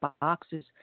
boxes